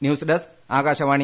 news desk Akashvani